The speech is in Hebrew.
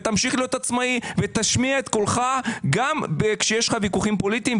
ותמשיך להיות עצמאי ותשמיע את קולך גם כשיש ויכוחים פוליטיים,